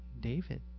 David